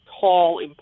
tall